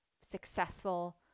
successful